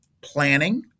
planning